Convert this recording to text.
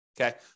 okay